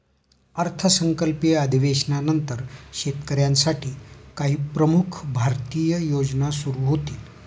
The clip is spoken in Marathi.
अर्थसंकल्पीय अधिवेशनानंतर शेतकऱ्यांसाठी काही प्रमुख भारतीय योजना सुरू होतील